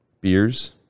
Beers